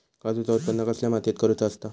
काजूचा उत्त्पन कसल्या मातीत करुचा असता?